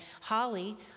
Holly